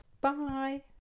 Bye